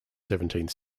seventeenth